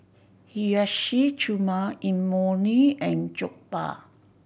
Hiyashi Chuka Imoni and Jokbal